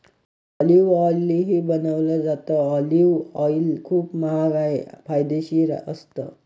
olive ऑईलही बनवलं जातं, ऑलिव्ह ऑईल खूप महाग आणि फायदेशीरही असतं